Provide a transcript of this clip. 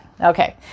okay